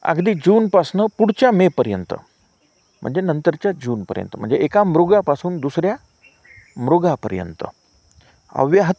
अगदी जूनपासनं पुढच्या मेपर्यंत म्हणजे नंतरच्या जूनपर्यंत म्हणजे एका मृगापासून दुसऱ्या मृगापर्यंत अव्याह